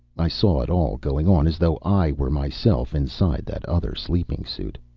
i saw it all going on as though i were myself inside that other sleeping suit.